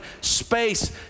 space